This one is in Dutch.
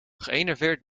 geënerveerd